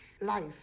life